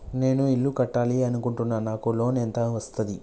నేను ఇల్లు కట్టాలి అనుకుంటున్నా? నాకు లోన్ ఎంత వస్తది?